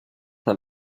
man